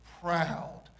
proud